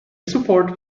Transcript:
support